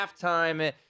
halftime